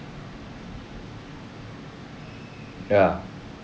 ya